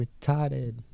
retarded